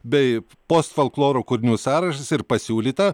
bei postfolkloro kūrinių sąrašas ir pasiūlyta